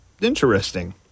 interesting